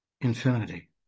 infinity